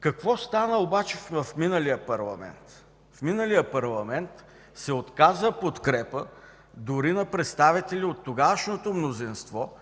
Какво стана обаче в миналия парламент? В миналия парламент се отказа подкрепа дори на представители от тогавашното мнозинство